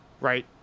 Right